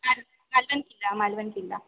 मालवण किल्ला मालवण किल्ला